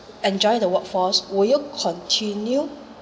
enjoy the workforce will you continue